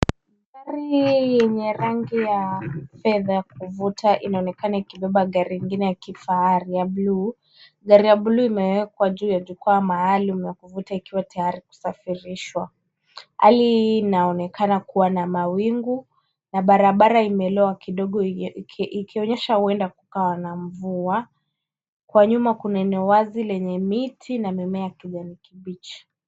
Gari yenye rangi ya fedha ya kuvuta, inaonekana ikibeba gari ingine ya kifahari ya bluu. Gari ya bluu imewekwa juu ya jukwaa maalum la kuvuta ikiwa tayari kusafirishwa. Hali hii inaonekana kua na mawingu na barabara imeloa kidogo inyooke ikionyesha huenda kukawa na mvua. Kwa nyuma kuna eneo wazi lenye miti na mimea ya kijani kibichi.